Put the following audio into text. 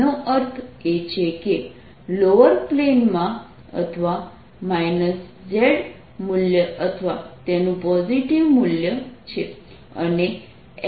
તેનો અર્થ એ છે કે લોઅર પ્લેનમાં અથવા z મૂલ્ય અથવા તેનું પોઝિટિવ મૂલ્ય છે